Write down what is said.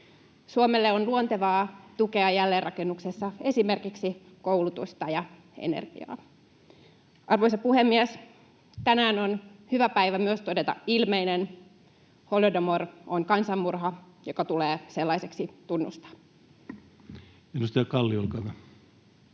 Suomelle on luontevaa tukea jälleenrakennuksessa esimerkiksi koulutusta ja energiaa. Arvoisa puhemies! Tänään on hyvä päivä myös todeta ilmeinen: holodomor on kansanmurha, joka tulee sellaiseksi tunnustaa. [Speech 10] Speaker: